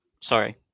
sorry